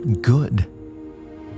good